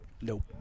Nope